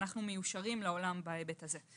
אנחנו מיושרים לעולם בהיבט הזה.